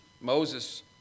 Moses